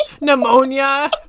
Pneumonia